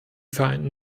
vereinten